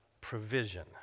provision